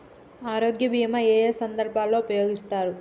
ఆరోగ్య బీమా ఏ ఏ సందర్భంలో ఉపయోగిస్తారు?